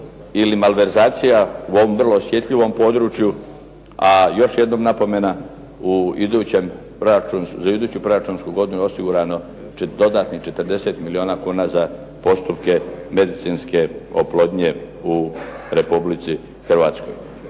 ili malverzacija u ovom vrlo osjetljivom području. A još jednom napomena za iduću proračunsku godinu je osigurano dodatnih 40 milijuna kuna za postupke medicinske oplodnje u Republici Hrvatskoj.